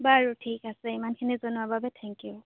বাৰু ঠিক আছে ইমানখিনি জনোৱাৰ বাবে থেংক ইউ